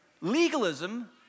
legalism